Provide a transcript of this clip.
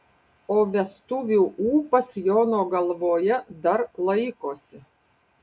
o vestuvių ūpas jono galvoje dar laikosi